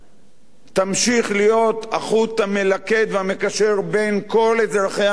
תמשיך להיות החוט המלכד והמקשר בין כל אזרחי המדינה,